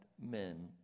men